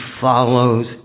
follows